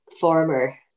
former